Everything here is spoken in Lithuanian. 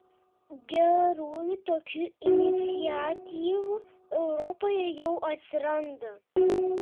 gerųjų tokių iniciatyvų europoje jau atsiranda